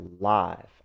live